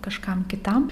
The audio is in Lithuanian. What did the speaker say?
kažkam kitam